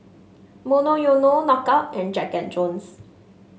Monoyono Knockout and Jack And Jones